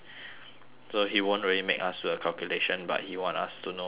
so he won't really make us do the calculation but he want us to know uh